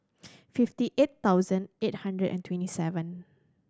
fifty eight thousand eight hundred and twenty seven